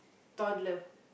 toddler